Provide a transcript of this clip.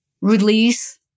release